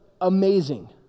amazing